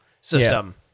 system